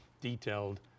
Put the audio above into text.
detailed